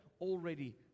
already